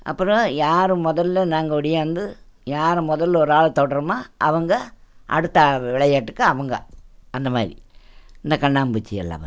அப்புறம் யார் முதல்ல நாங்கள் ஒடியாந்து யாரை முதல்ல ஒரு ஆளை தொடுறமோ அவங்க அடுத்த விளையாட்டுக்கு அவங்க அந்த மாதிரி இந்த கண்ணம்மூச்சியெல்லாம் வந்து